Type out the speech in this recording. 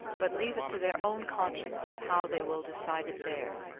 but leave it to their own conscience, how they will decide it there.